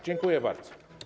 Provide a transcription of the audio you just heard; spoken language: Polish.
Dziękuję bardzo.